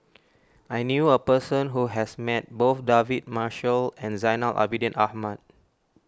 I knew a person who has met both David Marshall and Zainal Abidin Ahmad